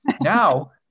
Now